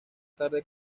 tarde